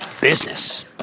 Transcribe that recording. business